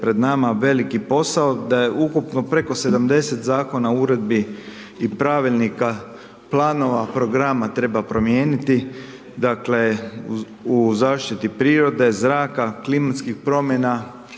pred nama veliki posao, da je ukupno preko 70 Zakona o uredbi i Pravilnika, planova, programa, treba promijeniti, dakle, u zaštiti prirode, zraka, klimatskih promjena,